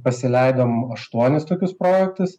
pasileidom aštuonis tokius projektus